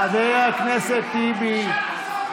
חבר הכנסת טיבי, תודה רבה.